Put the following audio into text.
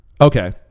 Okay